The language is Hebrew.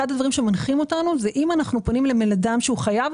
אחד הדברים שמנחים אותנו זה אם אנחנו פונים לבן אדם שהוא חייב,